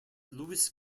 louis